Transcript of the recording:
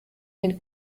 den